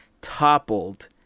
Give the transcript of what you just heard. toppled